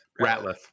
Ratliff